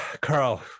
Carl